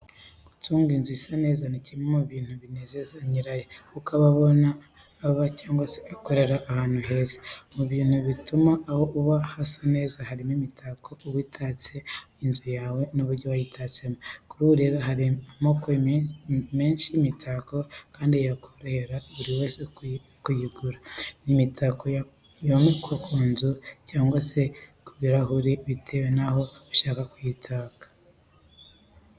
Gutunga inzu isa neza ni kimwe mu bintu binezeza nyirayo kuko uba ubona uba cyangwa se ukorera ahantu heza. Mu bintu bituma aho uba hasa neza harimo n'imitako iba itatse inzu yawe n'uburyo wayitatsemo. Kuri ubu rero hari amoko menshi y'imitako kandi yakorohera buri wese kuyigura, ni imitako yomekwa ku nzu cyangwa se ku birahuri bitewe naho ushaka gutaka.